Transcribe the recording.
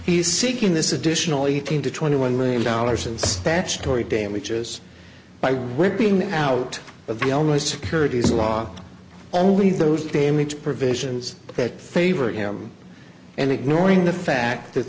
he's seeking this additional eighteen to twenty one million dollars and statutory damages by ripping out of the almost securities law only those payments provisions that favor him and ignoring the fact that